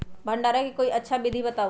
भंडारण के कोई अच्छा विधि बताउ?